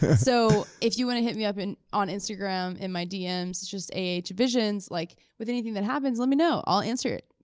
so if you wanna hit me up and on instagram in my dms, just ahvisions, like with anything that happens let me know. i'll answer it,